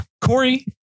Corey